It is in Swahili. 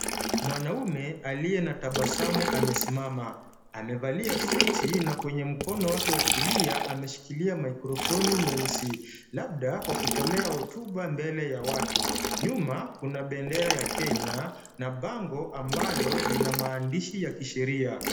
Mwanume aliye na tabasamu amesimama. Amevalia suti na kwenye mkono wake wa kulia ameshikilia microphone nyeusi labda kwa kutolea hotuba mbele ya watu. Nyuma kuna bendera ya Kenya na bango ambalo lina maandishi ya kisheria.